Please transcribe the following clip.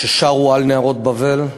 כששרו "על נהרות בבל",